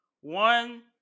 one